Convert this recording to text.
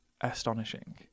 astonishing